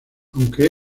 aunque